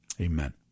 amen